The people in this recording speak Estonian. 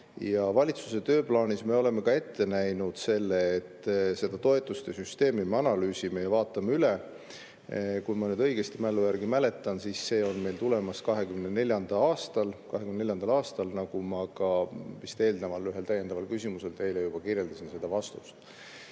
Valitsuse tööplaanis me oleme ka ette näinud selle, et seda toetuste süsteemi me analüüsime ja vaatame selle üle. Kui ma nüüd õigesti mäletan, siis see on meil tulemas 2024. aastal, nagu ma ka vist eelnevalt ühele täiendavale küsimusele vastates teile juba kirjeldasin. Nüüd, te